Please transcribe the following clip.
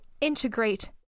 integrate